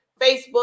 Facebook